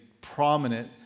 prominent